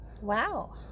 Wow